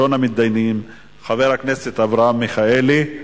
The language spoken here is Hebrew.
ראשון המתדיינים, חבר הכנסת אברהם מיכאלי.